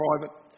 private